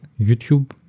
YouTube